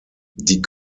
die